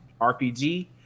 RPG